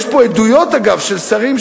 יש פה עדויות של שרים,